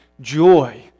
joy